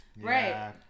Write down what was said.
Right